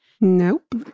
Nope